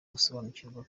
gusobanukirwa